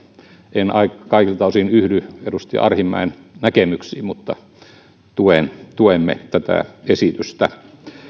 en kaikilta osin yhdy edustaja arhinmäen näkemyksiin mutta tuemme tätä esitystä